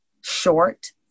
short